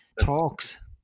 talks